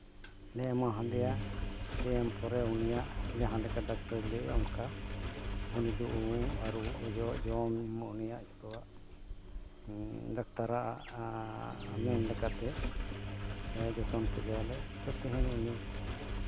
ᱟᱨᱮ ᱮᱢᱟ ᱫᱮᱭᱟ ᱛᱮ ᱮᱢ ᱯᱚᱨᱮ ᱩᱱᱤᱭᱟᱜ ᱡᱟᱦᱟᱸ ᱞᱮᱠᱟ ᱰᱟᱠᱛᱚᱨᱮ ᱞᱟᱹᱭᱮᱫᱼᱟ ᱚᱱᱠᱟ ᱩᱱᱤ ᱫᱚ ᱩᱢ ᱟᱹᱨᱩᱵ ᱚᱡᱚᱜ ᱡᱚᱢ ᱧᱩ ᱩᱱᱤᱭᱟᱜ ᱡᱚᱛᱚᱣᱟᱜ ᱰᱟᱠᱛᱟᱨᱟᱜ ᱢᱮᱱ ᱞᱮᱠᱟᱛᱮ ᱦᱮᱣ ᱡᱚᱛᱚᱱ ᱠᱮᱫᱮᱭᱟᱞᱮ ᱛᱚ ᱛᱮᱦᱮᱧ ᱩᱱᱤ